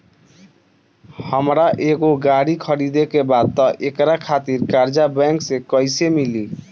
हमरा एगो गाड़ी खरीदे के बा त एकरा खातिर कर्जा बैंक से कईसे मिली?